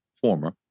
former